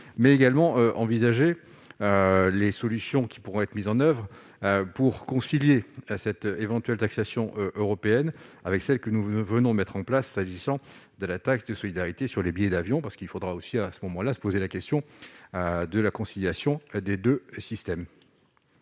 mais également envisager les solutions qui. Pourrait être mis en oeuvre pour concilier à cette éventuelle taxation européenne avec celle que nous venons de mettre en place, s'agissant de la taxe de solidarité sur les billets d'avion parce qu'il faudra aussi à à ce moment-là, se poser la question de la conciliation des 2 systèmes.